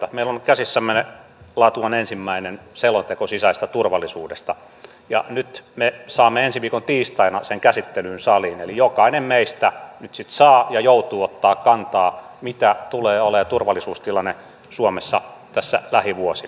meillä on nyt käsissämme laatuaan ensimmäinen selonteko sisäisestä turvallisuudesta ja nyt me saamme ensi viikon tiistaina sen käsittelyyn saliin eli jokainen meistä nyt sitten saa ja joutuu ottamaan kantaa mikä tulee olemaan turvallisuustilanne suomessa tässä lähivuosina